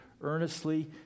earnestly